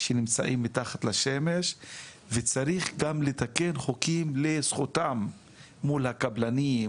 שנמצאים מתחת לשמש וצריך גם לתקן חוקים לזכותם מול הקבלנים,